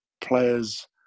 players